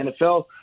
NFL